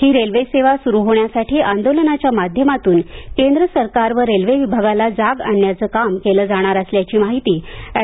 ही railway सेवा सुरू होण्यासाठी आंदोलनाच्या माध्यमातून केंद्र सरकार व रेल्वे विभागाला जाग आणण्याचे काम केलं जाणार असल्याची माहिती अँड